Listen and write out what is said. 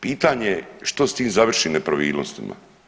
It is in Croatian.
Pitanje je što s tim završi nepravilnostima?